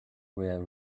were